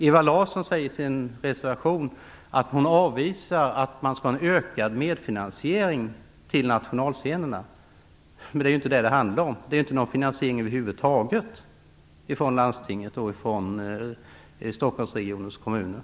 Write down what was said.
Ewa Larsson säger i sin reservation att hon avvisar en ökad medfinansiering till nationalscenerna. Men det är ju inte det det handlar om. De finansieras ju inte över huvud taget av landstinget och Stockholmsregionens kommuner.